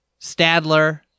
Stadler